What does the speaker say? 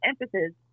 emphasis